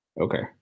Okay